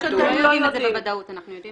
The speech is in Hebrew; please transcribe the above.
זה בטוח.